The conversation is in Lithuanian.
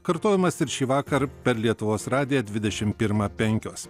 kartojimas ir šįvakar per lietuvos radiją dvidešimt pirmą penkios